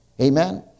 Amen